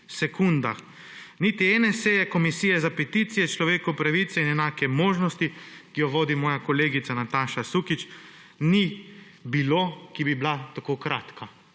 sekundah. Niti ene seje Komisije za peticije, človekove pravice in enake možnosti, ki jo vodi moja kolegica Nataša Sukič, ni bilo, ki bi bila tako kratka.